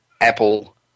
Apple